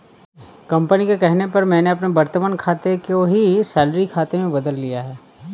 company के कहने पर मैंने अपने वर्तमान खाते को ही सैलरी खाते में बदल लिया है